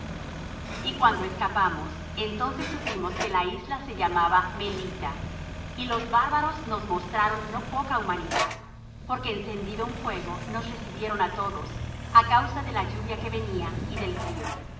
y cuando escapamos entonces supimos que la isla se llamaba melita y los bárbaros nos mostraron no poca humanidad porque encendido un fuego nos recibieron á todos á causa de la lluvia que venía y del frío